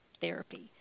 therapy